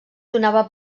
donava